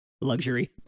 luxury